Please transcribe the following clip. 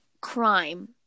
crime